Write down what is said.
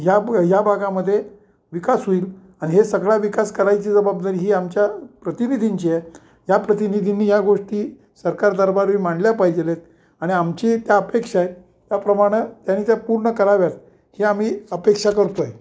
ह्या ह या भागामध्ये विकास होईल आणि हे सगळा विकास करायची जबाबदारी ही आमच्या प्रतिनिधींची आहे या प्रतिनिधींनी या गोष्टी सरकार दरबारी मांडल्या पाहिजेलेत आणि आमची त्या अपेक्षाय त्या प्रमाण त्यांनी त्या पूर्ण कराव्यात ही आम्ही अपेक्षा करतोय